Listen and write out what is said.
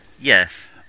yes